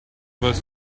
was